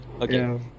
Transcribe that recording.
okay